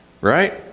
Right